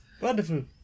Wonderful